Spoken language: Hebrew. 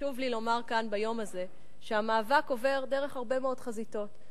חשוב לי לומר כאן ביום הזה שהמאבק עובר דרך הרבה מאוד חזיתות.